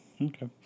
Okay